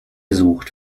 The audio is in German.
sucht